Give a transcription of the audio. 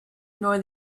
nor